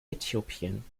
äthiopien